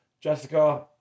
Jessica